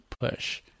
push